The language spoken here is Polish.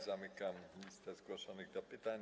Zamykam listę zgłoszonych do pytań.